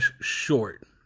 short